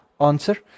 answer